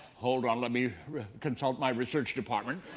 hold on, let me consult my research department.